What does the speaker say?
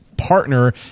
partner